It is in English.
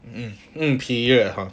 mm